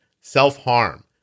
self-harm